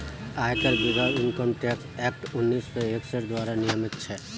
आयकर विभाग income tax act उन्नीस सौ इकसठ द्वारा नियमित छेक